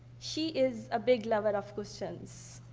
she is a big lover of questions.